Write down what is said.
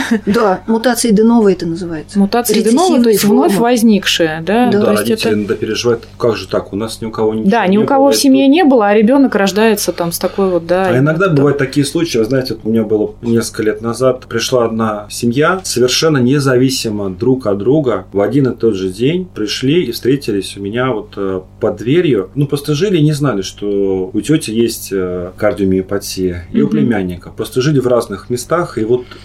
Да, мутации de novo это называется. Мутации de novo, то есть Рецессивных вновь синдромов. возникшие, да, Ну то да, есть родители это- иногда переживают, «Как же так? У нас ни у кого Да, ничего ни не было». у кого в семье не было, а ребенок рождается там с такой вот, да, А и иногда как-то. бывают такие случаи. Вы знаете, вот у меня было несколько лет назад, пришла одна семья, совершенно независимо друг от друга, в один и тот же день пришли и встретились у меня вот, э, под дверью. Ну, просто жили и не знали, что у тети есть, э, кардиомиопатия и у Мгм. племянника. Просто жили в разных местах, и вот